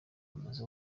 amaze